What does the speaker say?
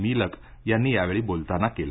मीलक यांनी यावेळी बोलताना केलं